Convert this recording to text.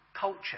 Culture